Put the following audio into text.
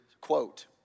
quote